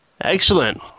Excellent